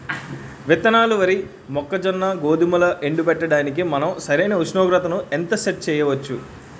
విత్తనాలు వరి, మొక్కజొన్న, గోధుమలు ఎండబెట్టడానికి మనం సరైన ఉష్ణోగ్రతను ఎంత సెట్ చేయవచ్చు?